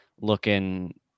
looking